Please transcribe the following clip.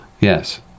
Yes